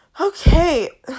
Okay